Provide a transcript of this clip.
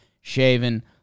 shaven